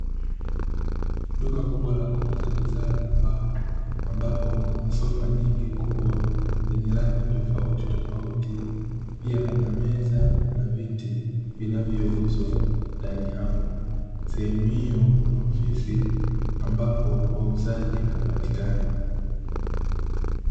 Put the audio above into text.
Duka kubwa la kuuza bidhaa za mbao, ambapo kuna sofa nyingi kubwa, zenye rangi tofautitofauti. Pia, kuna meza na viti vinavyouzwa ndani hapo. Sehemu hiyo kuna ofisi ambapo wauzaji hupatikana.